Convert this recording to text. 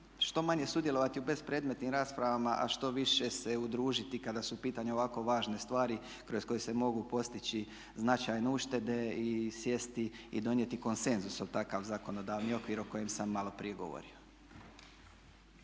što manje sudjelovati u bespredmetnim raspravama a što više se udružiti kada su u pitanju ovako važne stvari kroz koje se mogu postići značajne uštede i sjesti i donijeti konsenzus U takav zakonodavni okviru o kojem sam malo prije govorio.